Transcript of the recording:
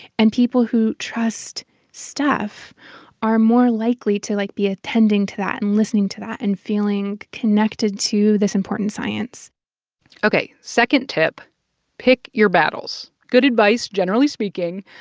and people who trust steph are more likely to, like, be attending to that and listening to that and feeling connected to this important science ok, second tip pick your battles. good advice, generally speaking.